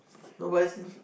nobody seen